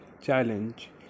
challenge